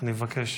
אני מבקש.